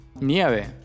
Nieve